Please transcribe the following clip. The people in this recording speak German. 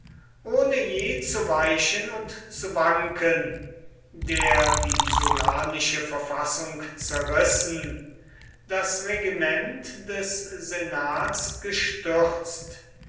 ohne je zu weichen und zu wanken der die sullanische verfassung zerrissen das regiment des senats gestürzt